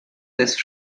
this